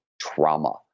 trauma